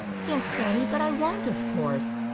yes, daddy but i won't, of course.